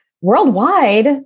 worldwide